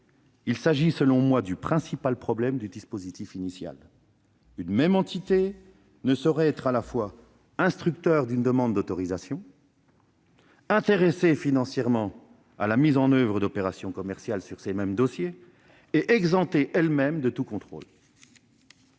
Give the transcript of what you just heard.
Il s'agit selon moi du principal problème du dispositif initial : une même entité ne saurait être à la fois instructrice d'une demande d'autorisation, intéressée financièrement à la mise en oeuvre d'opérations commerciales sur ces mêmes dossiers, et exemptée elle-même de tout contrôle.